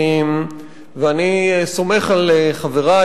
ואני סומך על חברי,